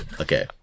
okay